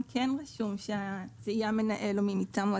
כן רשום שזה יהיה המנהל או מי מטעמו,